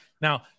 Now